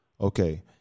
Okay